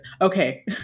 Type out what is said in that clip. Okay